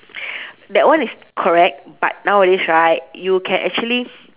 that one is correct but nowadays right you can actually